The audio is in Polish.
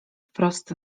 wprost